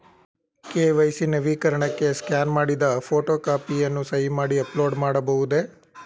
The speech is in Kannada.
ಕೆ.ವೈ.ಸಿ ನವೀಕರಣಕ್ಕೆ ಸ್ಕ್ಯಾನ್ ಮಾಡಿದ ಫೋಟೋ ಕಾಪಿಯನ್ನು ಸಹಿ ಮಾಡಿ ಅಪ್ಲೋಡ್ ಮಾಡಬಹುದೇ?